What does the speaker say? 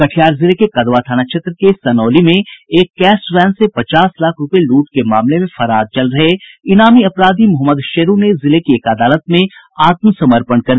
कटिहार जिले के कदवा थाना क्षेत्र के सनौली में एक कैश वैन से पचास लाख रूपये लूट के मामले में फरार चल रहे इनामी अपराधी मोहम्मद शेरू ने जिले की एक अदालत में आत्मसमर्पण कर दिया